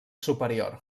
superior